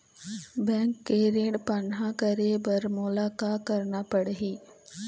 Bank से ऋण पाहां करे बर मोला का करना पड़ही?